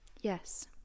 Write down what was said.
Yes